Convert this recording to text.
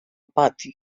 pati